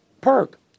Perk